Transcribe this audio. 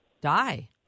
die